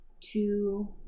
two